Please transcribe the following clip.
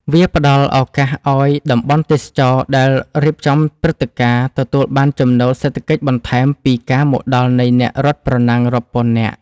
វាផ្ដល់ឱកាសឱ្យតំបន់ទេសចរណ៍ដែលរៀបចំព្រឹត្តិការណ៍ ទទួលបានចំណូលសេដ្ឋកិច្ចបន្ថែមពីការមកដល់នៃអ្នករត់ប្រណាំងរាប់ពាន់នាក់។